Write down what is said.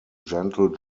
gentle